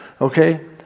Okay